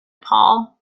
paul